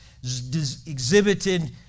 exhibited